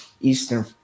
Eastern